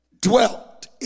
dwelt